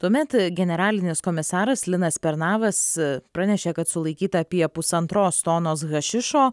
tuomet generalinis komisaras linas pernavas pranešė kad sulaikyta apie pusantros tonos hašišo